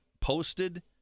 posted